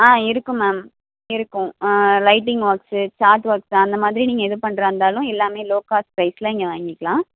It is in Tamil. ஆ இருக்கும் மேம் இருக்கும் லைட்டிங் ஒர்க்ஸு சாட் ஒர்க்ஸு அந்தமாதிரி நீங்கள் எது பண்ணுறதா இருந்தாலும் எல்லாமே லோ காஸ்ட் ப்ரைஸில் இங்கே வாங்கிக்கலாம்